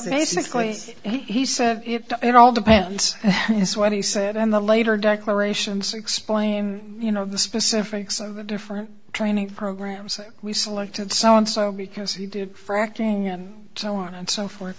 basically he said it all depends on what he said and the later declarations explain you know the specifics of the different training programs we selected so and so because he did it for acting and so on and so forth